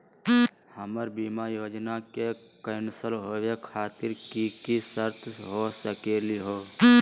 हमर बीमा योजना के कैन्सल होवे खातिर कि कि शर्त हो सकली हो?